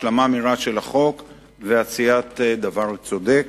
השלמה מהירה של החוק ועשיית דבר צודק.